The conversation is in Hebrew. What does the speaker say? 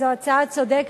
זו הצעה צודקת,